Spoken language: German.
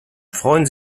freuen